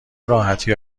راحتی